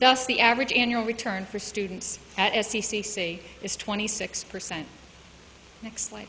thus the average annual return for students at c c c is twenty six percent next li